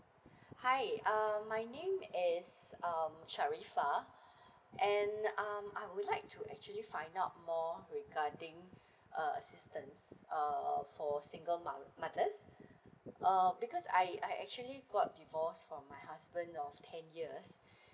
hi uh my name is um sharifah and um I would like to actually find out more regarding uh assistance uh for single mom mothers um because I I actually got divorced from my husband of ten years